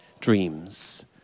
dreams